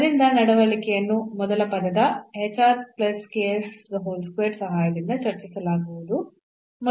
ಆದ್ದರಿಂದ ನಡವಳಿಕೆಯನ್ನು ಮೊದಲ ಪದದ ಸಹಾಯದಿಂದ ಚರ್ಚಿಸಲಾಗುವುದು